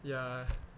ya